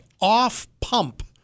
off-pump